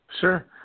Sure